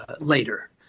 later